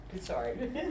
Sorry